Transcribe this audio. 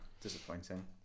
disappointing